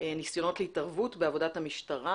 ניסיונות להתערבות בעבודת המשטרה,